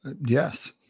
Yes